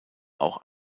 auch